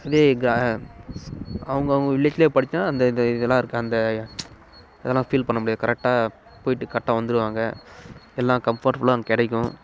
இதே அவங்கவுங்க வில்லேஜ்லேயே படித்தா அந்தந்த இதெலாம் இருக்குது அந்த அதெலாம் ஃபீல் பண்ண முடியாது கரெக்டாக போய்ட்டு கரெக்டாக வந்திருவாங்க எல்லாம் கம்ஃபர்டபுலும் அங்கே கிடைக்கும்